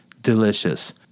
delicious